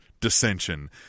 dissension